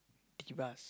Chivas